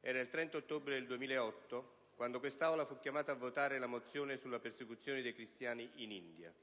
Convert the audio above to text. era il 30 ottobre 2008 quando quest'Aula fu chiamata a votare la mozione sulla persecuzione dei cristiani in India.